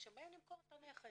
כשהם באים למכור את הנכס.